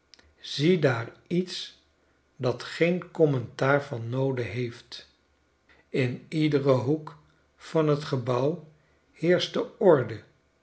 ziedaar iets dat geen commentaar van noode heeft in iederen hoek van t gebouw heerschte orde